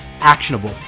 Actionable